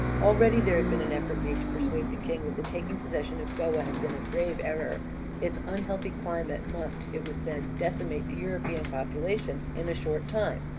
already there had been an effort made to persuade the king that the taking possession of goa had been a grave error its unhealthy climate must, it was said, decimate the european population in a short time,